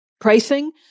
pricing